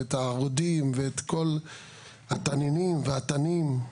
ואת הרודים ואת כל התנינים והתנים,